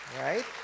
right